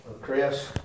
Chris